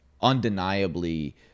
undeniably